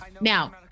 Now